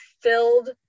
filled